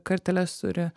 karteles turi